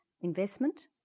investment